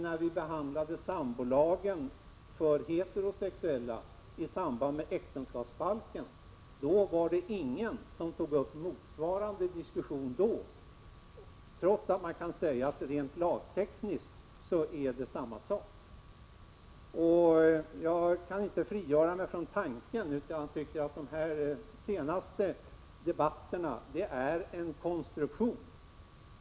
När vi behandlade sambolagen för heterosexuella i samband med äktenskapsbalken var det däremot ingen som tog upp motsvarande diskussion, trots att man kan säga att det rent lagtekniskt är samma sak. Jag kan inte frigöra mig från tanken att de här senaste debatterna är en konstruktion.